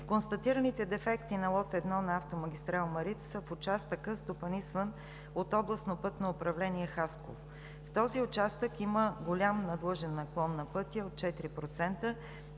Констатираните дефекти на лот 1 на автомагистрала „Марица“ са в участъка, стопанисван от Областно пътно управление – Хасково. В този участък има голям надлъжен наклон на пътя от 4%